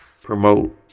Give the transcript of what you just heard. Promote